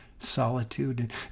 solitude